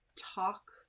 talk